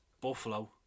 buffalo